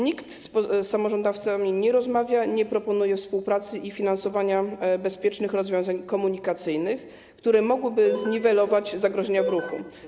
Nikt z samorządowcami nie rozmawia, nie proponuje współpracy i finansowania bezpiecznych rozwiązań komunikacyjnych, które mogłyby zniwelować zagrożenia w ruchu.